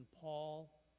Paul